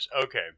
okay